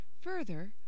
Further